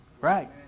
Right